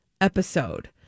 episode